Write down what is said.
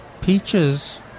peaches